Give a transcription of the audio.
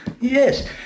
Yes